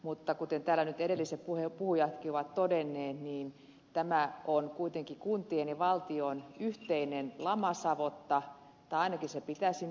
mutta kuten täällä nyt edelliset puhujatkin ovat todenneet niin tämä on kuitenkin kuntien ja valtion yhteinen lamasavotta tai ainakin sen pitäisi niin olla